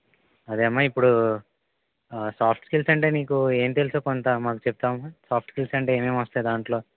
అదే అమ్మ ఇప్పుడూ సాఫ్ట్ స్కిల్స్ అంటే నీకు ఏం తెలుసో కొంత మాకు చెప్తావమ్మా సాఫ్ట్ స్కిల్స్ అంటే ఏమేం వస్తాయి దాంట్లో